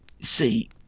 see